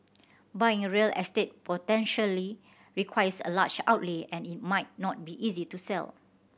buying real estate potentially requires a large outlay and it might not be easy to sell